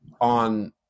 on